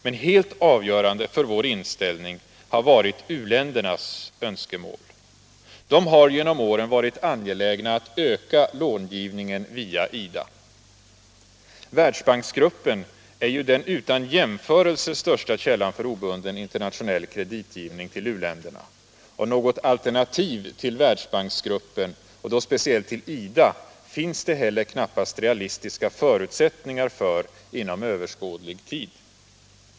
Men helt avgörande för vår inställning har varit u-ländernas önskemål. De har genom åren varit angelägna att öka långivningen via IDA. Världsbanksgruppen är ju den utan jämförelse största källan för obunden internationell kreditgivning till u-länderna. Något alternativ till världsbanksgruppen, och då speciellt till IDA, finns det heller knappast realistiska förutsättningar för inom överskådlig tid.